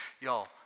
Y'all